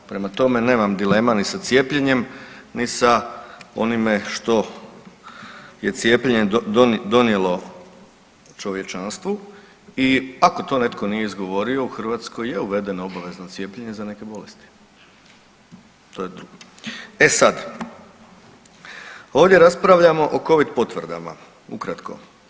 Prema tome, nemam dilema ni sa cijepljenjem, ni sa onime što je cijepljenje donijelo čovječanstvu i ako to netko nije izgovorio, u Hrvatskoj je uvedeno obavezno cijepljenje za neke bolesti … [[ne razumije se]] E sad, ovdje raspravljamo o Covid potvrdama ukratko.